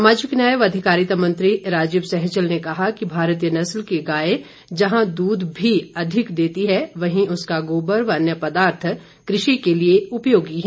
सामाजिक न्याय व अधिकारिता मंत्री राजीव सहजल ने कहा कि भारतीय नस्ल की गाय जहां दूध भी अधिक देती वहीं उसका गोबर व अन्य पदार्थ कृषि के लिए उपयोगी है